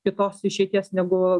kitos išeities negu